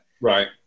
Right